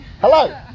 hello